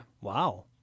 wow